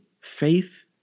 faith